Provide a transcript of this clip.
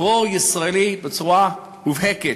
פרו-ישראלי בצורה מובהקת.